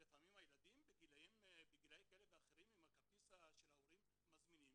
לפעמים הילדים בגילאים כאלה ואחרים עם הכרטיס של ההורים מזמינים